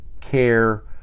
care